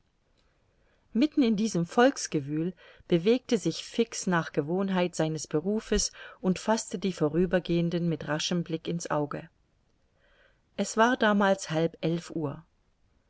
mitten in diesem volksgewühl bewegte sich fix nach gewohnheit seines berufes und faßte die vorübergehenden mit raschem blick in's auge es war damals halb elf uhr